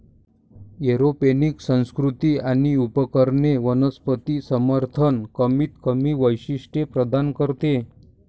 aeroponic संस्कृती आणि उपकरणांचे वनस्पती समर्थन कमीतकमी वैशिष्ट्ये प्रदान करते